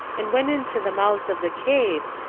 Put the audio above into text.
and went into the mouths of the caves,